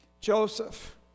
Joseph